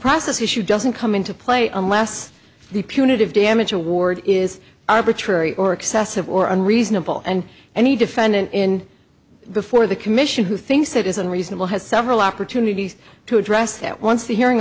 process issue doesn't come into play unless the punitive damage award is arbitrary or excessive or unreasonable and any defendant in before the commission who thinks that is unreasonable has several opportunities to address that once the hearing